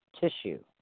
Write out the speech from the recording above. tissue